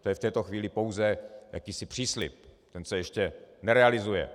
To je v této chvíli pouze jakýsi příslib, ten se ještě nerealizuje.